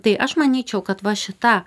tai aš manyčiau kad va šita